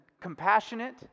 compassionate